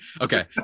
Okay